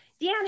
Dan